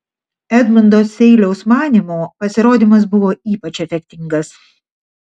edmundo seiliaus manymu pasirodymas buvo ypač efektingas